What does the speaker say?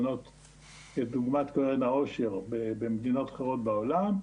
כלומר לדוגמא קרן העושר במדינות אחרות בעולם,